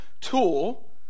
tool